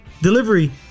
delivery